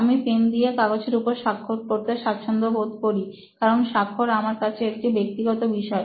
আমি পেন দিয়ে কাগজের উপর স্বাক্ষর করতে স্বাচ্ছন্দ্যবোধ করি কারণ স্বাক্ষর আমার কাছে একটি ব্যক্তিগত বিষয়